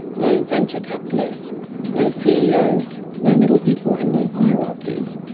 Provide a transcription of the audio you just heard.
no venture capitalists, no ceos no middlepeople and no hierarchies.